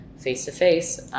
face-to-face